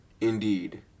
indeed